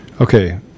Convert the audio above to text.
Okay